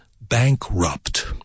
bankrupt